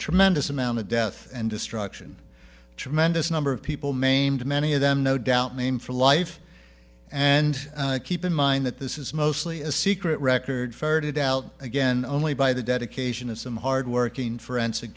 tremendous amount of death and destruction tremendous number of people maimed many of them no doubt maimed for life and keep in mind that this is mostly a secret record ferreted out again only by the dedication of some hard working forensic